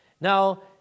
Now